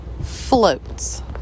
Floats